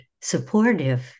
supportive